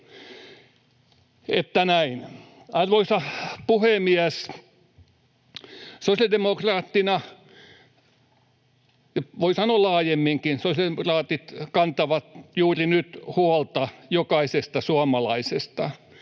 Arvoisa puhemies! Sosiaalidemokraattina kannan, voi sanoa laajemminkin, sosiaalidemokraatit kantavat juuri nyt huolta jokaisesta suomalaisesta.